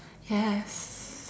yes